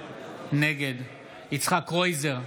נגד יצחק קרויזר,